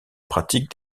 pratique